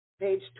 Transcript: Page